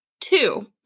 Two